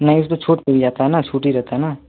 नहीं इसको छूट था न छूट ही रहता है न